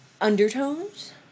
undertones